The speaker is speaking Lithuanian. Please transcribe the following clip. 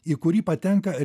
į kurį patenka